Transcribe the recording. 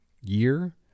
year